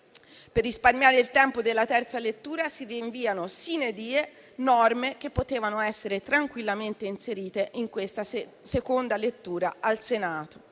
Per risparmiare il tempo della terza lettura si rinviano *sine die* norme che potevano essere tranquillamente inserite in questa seconda lettura al Senato.